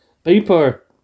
paper